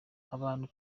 abantu